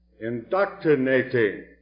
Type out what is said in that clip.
indoctrinating